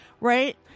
right